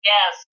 Yes